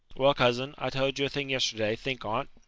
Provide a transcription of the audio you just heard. well, cousin, i told you a thing yesterday think on't.